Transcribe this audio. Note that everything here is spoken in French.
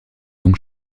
donc